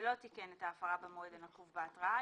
ולא תיקן את ההפרה במועד הנקוב בהתראה,